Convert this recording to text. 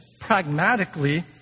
pragmatically